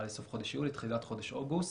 תחילת חודש אוגוסט,